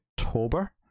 October